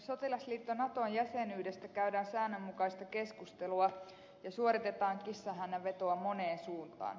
sotilasliitto naton jäsenyydestä käydään säännönmukaista keskustelua ja suoritetaan kissanhännänvetoa moneen suuntaan